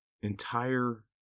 entire